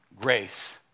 grace